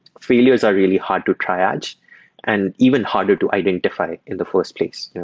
failures are really hard to triage and even harder to identify in the first place.